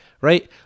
right